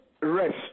rest